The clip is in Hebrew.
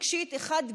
רגשית אחת גדולה,